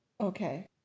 Okay